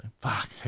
Fuck